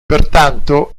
pertanto